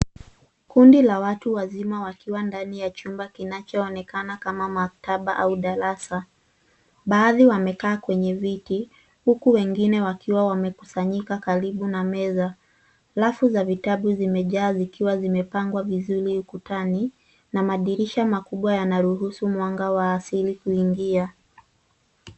Kundi la watu wazima wakiwa ndani ya chumba kinachoonekana kama maktaba au darasa. Baadhi wamekaa kwenye viti huku wengine wakiwa wamekusanyika karibu na meza. Rafu za vitabu zimejaa zikiwa zimepangwa vizuri ukutani na madirisha makubwa yanaruhusu mwanga wa asili kuingia.